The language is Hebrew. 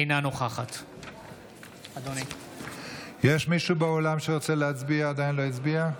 אינה נוכחת יש מישהו באולם שרוצה להצביע ועדיין לא הצביע?